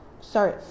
sorry